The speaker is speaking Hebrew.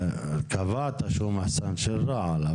קבעת שהוא מחסן של רעל.